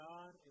God